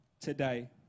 today